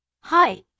Hi